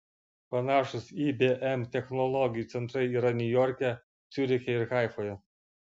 panašūs ibm technologijų centrai yra niujorke ciuriche ir haifoje